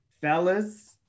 Fellas